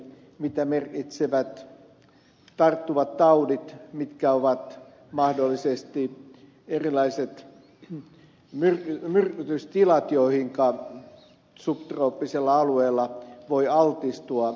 mitä merkitsevät tarttuvat taudit mitkä ovat mahdollisesti erilaiset myrkytystilat joihinka subtrooppisella alueella voi altistua